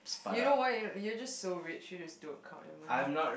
you know why you just so rich you just don't count your money